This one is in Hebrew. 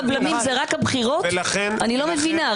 לא מבינה.